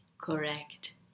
Correct